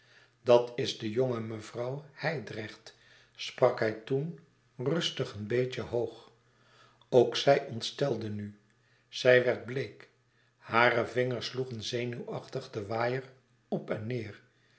dat is de jonge mevrouw hijdrecht sprak hij toen rustig een beetje hoog ook zij ontstelde nu zij werd bleek hare vingers sloegen zenuwachtig den waaier op en neêr